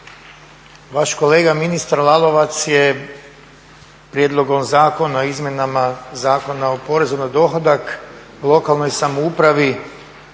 vaš kolega ministar Lalovac je Prijedlogom zakona o izmjenama Zakona o porezu na dohodak lokalnoj samoupravi